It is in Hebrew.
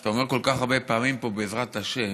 שאתה אומר כל כך הרבה פעמים פה בעזרת השם,